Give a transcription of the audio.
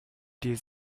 did